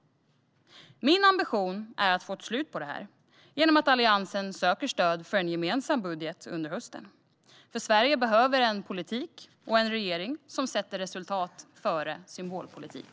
Min ambition är att få ett slut på detta genom att Alliansen söker stöd för en gemensam budget under hösten. För Sverige behöver en politik och en regering som sätter resultat före symbolpolitik.